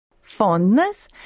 Fondness